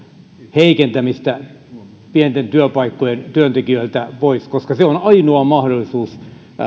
heikentämistä pienten työpaikkojen työntekijöiltä koska se on ainoa mahdollisuus